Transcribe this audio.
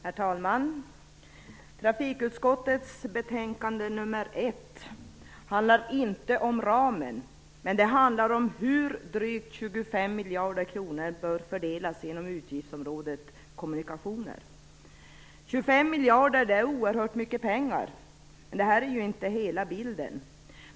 Herr talman! Trafikutskottets betänkande nr 1 handlar inte om ramen. Det handlar om hur drygt 25 miljarder kronor bör fördelas inom utgiftsområdet kommunikationer. 25 miljarder kronor är oerhört mycket pengar. Men det är inte hela bilden.